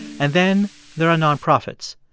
and then there are nonprofits.